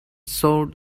sort